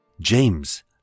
James